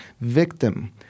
victim